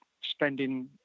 spending